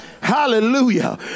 hallelujah